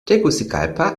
tegucigalpa